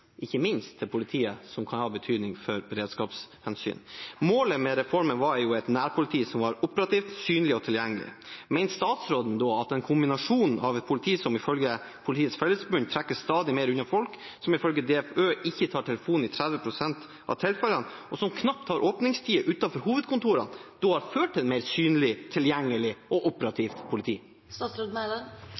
til politiet, som kan ha betydning for beredskapshensyn. Målet med reformen var et nærpoliti som var operativt, synlig og tilgjengelig. Mener statsråden at en kombinasjon av et politi som ifølge Politiets Fellesforbund trekkes stadig mer unna folk, som ifølge DFØ ikke tar telefonen i 30 pst. av tilfellene, og som knapt har åpningstider utenfor hovedkontorene, har ført til et mer synlig, tilgjengelig og operativt